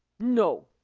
no,